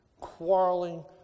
quarreling